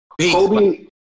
Kobe